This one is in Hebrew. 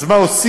אז מה עושים?